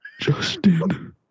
Justin